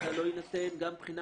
מתי לא יינתן גם מבחינה